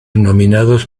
nominados